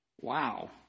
Wow